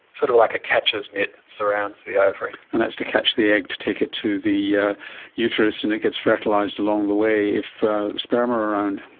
sort of like a catcher's mitt surrounds the ah ovary. so and that's to catch the egg to take it to the yeah uterus and it gets fertilised along the way if sperm are around.